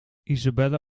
isabelle